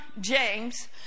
James